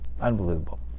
Unbelievable